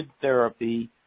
therapy